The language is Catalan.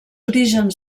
orígens